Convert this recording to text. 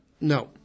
no